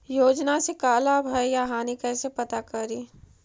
योजना से का लाभ है या हानि कैसे पता करी?